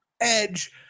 Edge